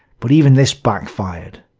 but even this backfired.